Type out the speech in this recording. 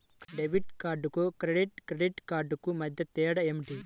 Debit కార్డుకు credit credit కార్డుకు మధ్య తేడా ఏమిటీ?